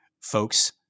Folks